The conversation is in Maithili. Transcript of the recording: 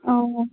ओ